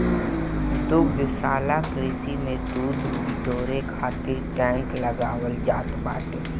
दुग्धशाला कृषि में दूध बिटोरे खातिर टैंक लगावल जात बाटे